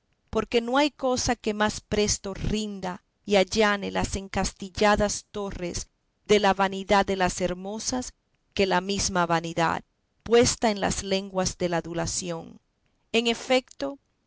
porque no hay cosa que más presto rinda y allane las encastilladas torres de la vanidad de las hermosas que la mesma vanidad puesta en las lenguas de la adulación en efecto